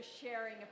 sharing